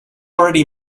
already